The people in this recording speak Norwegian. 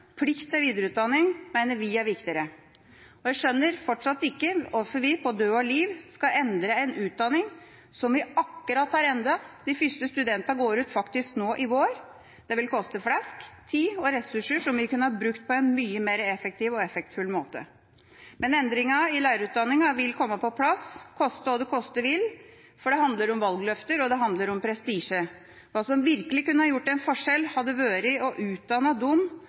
plikt til videreutdanning mener vi er viktigere. Jeg skjønner fortsatt ikke hvorfor vi på død og liv skal endre en utdanning som vi akkurat har endret – de første studentene går ut faktisk nå i vår. Det vil koste flesk, tid og ressurser som vi kunne ha brukt på en mye mer effektiv og effektfull måte. Men endringene i lærerutdanninga vil komme på plass, koste hva det koste vil, for det handler om valgløfter, og det handler om prestisje. Hva som virkelig kunne ha gjort en forskjell, hadde vært å utdanne dem som er ufaglærte i skolen i dag, og